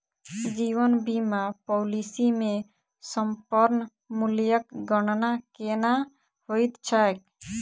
जीवन बीमा पॉलिसी मे समर्पण मूल्यक गणना केना होइत छैक?